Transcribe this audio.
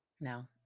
No